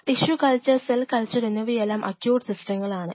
tissue culture cell culture എന്നിവയെല്ലാം acute സിസ്റ്റങ്ങൾ ആണ്